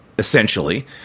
Essentially